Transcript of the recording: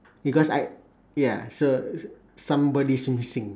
because I ya so somebody's missing